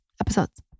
episodes